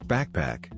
Backpack